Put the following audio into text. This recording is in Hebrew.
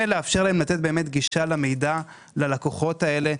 לאפשר להם לתת גישה למידע ללקוחות האלה,